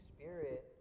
Spirit